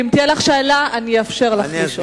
ואם תהיה לך שאלה אני אאפשר לך לשאול.